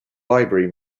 library